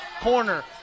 corner